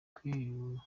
kwiyubakira